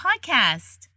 Podcast